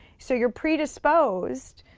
so you're pre-disposed